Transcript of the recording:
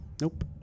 Nope